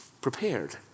prepared